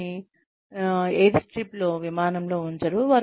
వారీని ఎయిర్స్ట్రిప్లో విమానంలో ఉంచరు